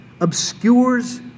obscures